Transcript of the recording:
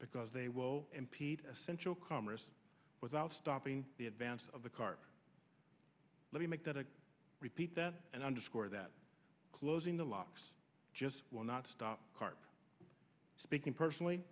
because they will impede essential commerce without stopping the advance of the car let me make that a repeat that and underscore that closing the locks just will not stop cars speaking personally